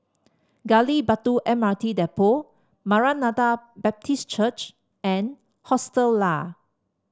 Gali Batu M R T Depot Maranatha Baptist Church and Hostel Lah